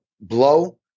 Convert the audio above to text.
blow